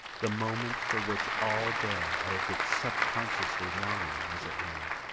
the moment for which all day i had been subconsciously longing was at hand.